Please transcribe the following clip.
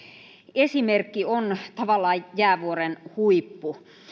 esimerkki on tavallaan jäävuoren huippu